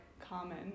common